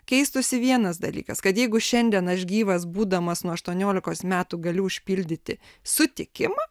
keistųsi vienas dalykas kad jeigu šiandien aš gyvas būdamas nuo aštuoniolikos metų galiu užpildyti sutikimą